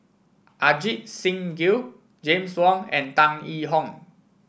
Ajit Singh Gill James Wong and Tan Yee Hong